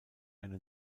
eine